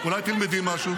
אבל אני מקשיבה לך כל הזמן.